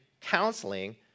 counseling